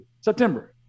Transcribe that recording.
september